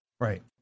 Right